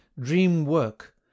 dream-work